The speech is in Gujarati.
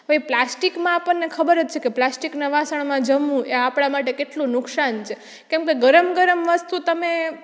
હવે પ્લાસ્ટિકમાં આપણને ખબર જ છેકે પ્લાસ્ટિકના વાસણમાં જમવું એ આપણા માટે કેટલું નુકસાન છે કેમકે ગરમ ગરમ વસ્તુ તમે